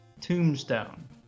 tombstone